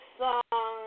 song